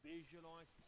Visualize